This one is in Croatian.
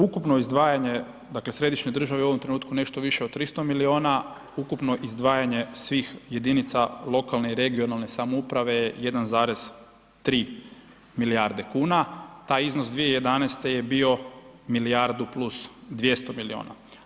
Ukupno izdvajanje dakle središnje državne u ovom trenutku nešto više od 300 miliona, ukupno izdvajanje svih jedinica lokalne i regionalne samouprave je 1,3 milijarde kuna, taj iznos 2011. je bio milijardu plus 200 miliona.